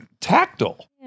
tactile